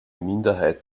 minderheit